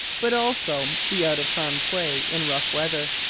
but also be out of harm's way in rough weather.